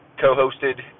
co-hosted